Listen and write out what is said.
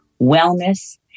wellness